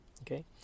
okay